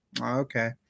Okay